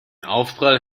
aufprall